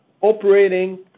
operating